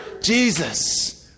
Jesus